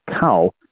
cow